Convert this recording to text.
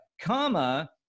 comma